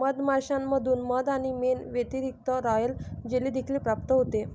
मधमाश्यांमधून मध आणि मेण व्यतिरिक्त, रॉयल जेली देखील प्राप्त होते